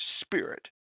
spirit